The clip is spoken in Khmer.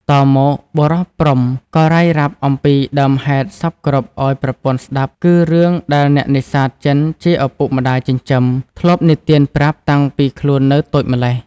តមក បុរសព្រហ្ម ក៏រ៉ាយរ៉ាប់អំពីដើមហេតុសព្វគ្រប់ឱ្យប្រពន្ធស្តាប់គឺរឿងដែលអ្នកនេសាទចិនជាឪពុកម្តាយចិញ្ចឹម ធ្លាប់និទានប្រាប់តាំងពីខ្លួននៅតូចម្ល៉េះ។